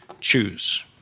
choose